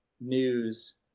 news